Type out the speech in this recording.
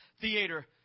theater